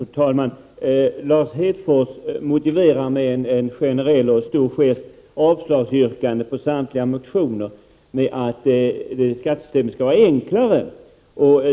Fru talman! Lars Hedfors motiverar med en generell och stor gest avslagsyrkandet på samtliga motioner med att skattesystemet skall vara enklare.